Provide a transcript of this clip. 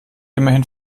immerhin